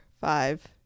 five